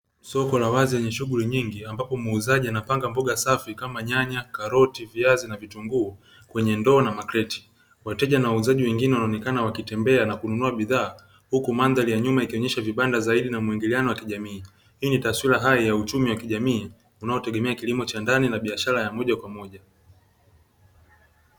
Soko la wazi lenye shughuli nyingi ambapo muuzaji ambapo muuzaji anapanga mboga safi kama nyanya, karoti, viazi na vitunguuu kwenye ndoo na makreti, wateja na wauzaji wengine wanaonekana wakitembea na kununua bidhaa huku madhari ya nyuma ikionyesha vibanda zaidi na muingiliano wa kijamii; Hii ni taswira hai ya uchumi wa kijamii unaotegemea kilimo cha ndani na biashara ya moja kwa moja.